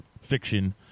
fiction